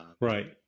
Right